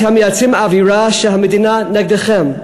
אתם מייצרים אווירה שהמדינה נגדכם.